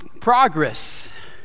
progress